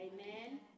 Amen